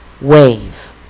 wave